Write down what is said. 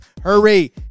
Hurry